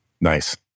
Nice